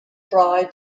dry